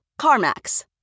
CarMax